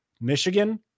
Michigan